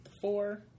four